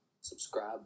Subscribe